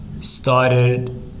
started